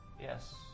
Yes